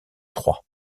trois